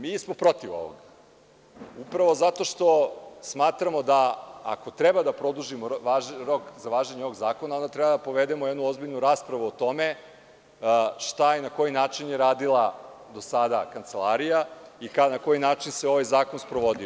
Mi smo protiv ovoga, prvo zato što smatramo da ako treba da produžimo rok važenja ovog zakona, onda treba da povedemo jednu ozbiljnu raspravu o tome šta je i na koji način je radila do sada Kancelarija i na koji način se ovaj zapis provodio.